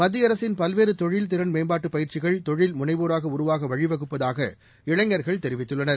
மத்திய அரசின் பல்வேறு தொழில் திறன் மேம்பாட்டு பயிற்சிகள் தொழில் முனைவோராக உருவாக வழிவகுப்பதாக இளைஞர்கள் தெரிவித்துள்ளனர்